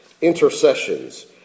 intercessions